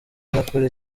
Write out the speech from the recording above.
nyakuri